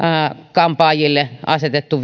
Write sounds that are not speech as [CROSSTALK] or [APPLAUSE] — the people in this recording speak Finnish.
kampaajille asetettu [UNINTELLIGIBLE]